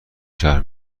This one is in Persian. شهر